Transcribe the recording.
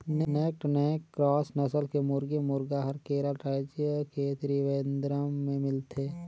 naked neck cross नसल के मुरगी, मुरगा हर केरल रायज के त्रिवेंद्रम में मिलथे